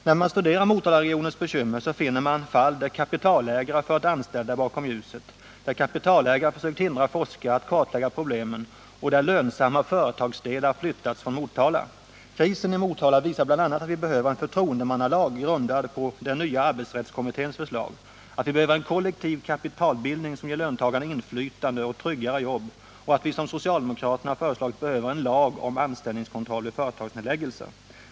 När man studerar Motalaregionens bekymmer finner man fall där kapitalägare fört anställda bakom ljuset, där kapitalägare försökt hindra forskare att kartlägga problemen och där lönsamma företagsdelar flyttats från Motala. Krisen i Motala visar bl.a. att vi behöver en förtroendemannalag grundad på nya arbetsrättskommitténs förslag, att vi behöver kollektiv kapitalbildning som ger löntagarna inflytande och tryggare jobb och att vi — som socialdemokraterna föreslagit — behöver en lag om anställningskontroll vid företagsnedläggelser.